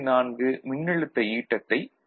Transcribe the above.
4 மின்னழுத்த ஈட்டத்தைக் கொடுக்கும்